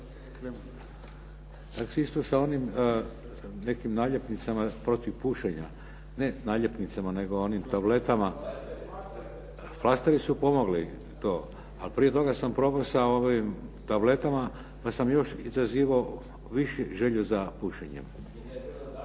Tako isto sa onim nekim naljepnicama protiv pušenja. Ne naljepnicama nego onim tabletama. … /Upadica se ne čuje./… Flasteri su pomogli. Ali prije toga sam probao sa tabletama pa sam još izazivao više želju za pušenjem.